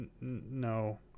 no